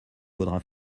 faudra